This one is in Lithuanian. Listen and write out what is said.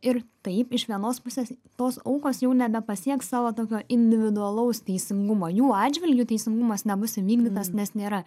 ir taip iš vienos pusės tos aukos jau nebepasieks savo tokio individualaus teisingumo jų atžvilgiu teisingumas nebus įvykdytas nes nėra